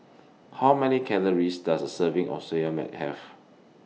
How Many Calories Does A Serving of Soya Milk Have